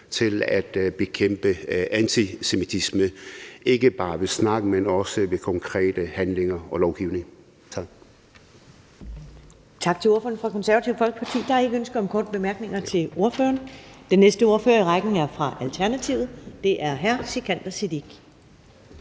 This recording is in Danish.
til at bekæmpe antisemitisme ikke bare ved snak, men også ved konkrete handlinger og lovgivning. Kl.